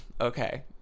okay